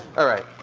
all right.